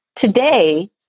Today